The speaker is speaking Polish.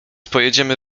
pojedziemy